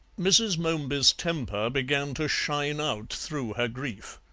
mrs. momeby's temper began to shine out through her grief.